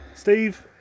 Steve